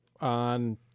on